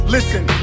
Listen